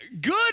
good